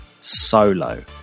solo